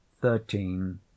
Thirteen